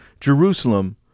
Jerusalem